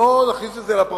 בואו נכניס את זה לפרופורציה.